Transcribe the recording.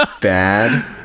bad